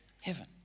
heaven